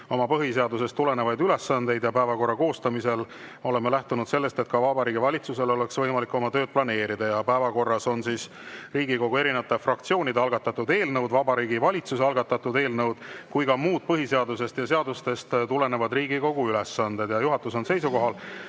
oma põhiseadusest tulenevaid ülesandeid. Päevakorra koostamisel oleme lähtunud sellest, et ka Vabariigi Valitsusel oleks võimalik oma tööd planeerida. Päevakorras on Riigikogu fraktsioonide algatatud eelnõud, Vabariigi Valitsuse algatatud eelnõud ja muud põhiseadusest ja seadustest tulenevad Riigikogu ülesanded. Juhatus on seisukohal,